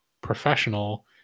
professional